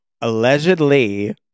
Allegedly